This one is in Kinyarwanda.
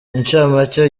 incamake